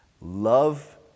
Love